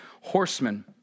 horsemen